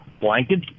Blanket